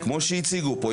כמו שהציגו פה,